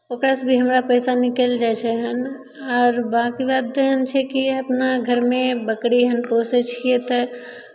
ओकरासँ भी हमरा पैसा निकलि जाइ छै हन आओर बाँकी बात एहन छै कि अपना घरमे बकरी हम पोसै छियै तऽ